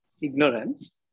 ignorance